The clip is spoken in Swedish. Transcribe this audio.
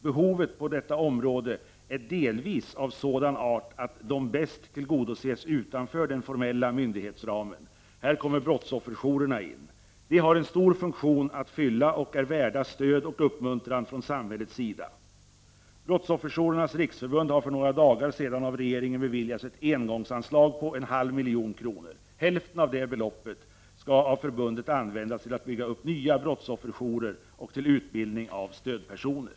Behoven på detta område är delvis av sådan art att de bäst tillgodoses utanför den formella myndighetsramen. Här kommer brottsofferjourerna in. De har en stor funktion att fylla och är värda stöd och uppmuntran från samhällets sida. Brottsofferjourernas riksförbund har för några dagar sedan av regeringen beviljats ett engångsanslag på en halv miljon. Hälften av det beloppet skall användas av förbundet till att bygga upp nya brottsofferjourer och till utbildning av stödpersoner.